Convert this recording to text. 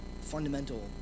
fundamental